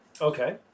Okay